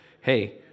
hey